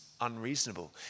unreasonable